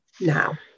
now